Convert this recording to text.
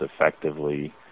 effectively